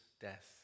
death